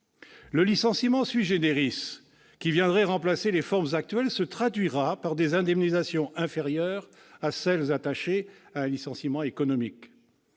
du licenciement, qui viendrait remplacer les formes actuelles, se traduira par des indemnisations inférieures à celles qui sont attachées à un licenciement économique.